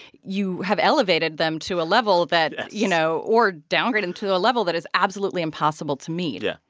you have elevated them to a level that you know, or downgraded to a level that is absolutely impossible to meet yeah,